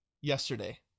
yesterday